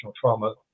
trauma